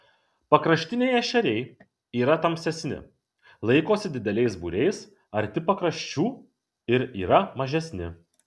pakraštiniai ešeriai yra tamsesni laikosi dideliais būriais arti pakraščių ir yra mažesni